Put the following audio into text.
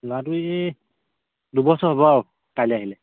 ল'ৰাটো এই দুবছৰ হ'ব আৰু কাইলৈ আহিলে